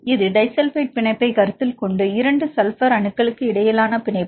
இது டைஸல்பைடு பிணைப்பைக் கருத்தில் கொண்டு 2 சல்பர் அணுக்களுக்கு இடையிலான பிணைப்பு